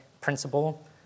principle